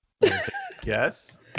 Yes